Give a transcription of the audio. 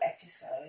episode